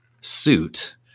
suit